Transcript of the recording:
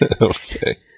okay